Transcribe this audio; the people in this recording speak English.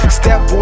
step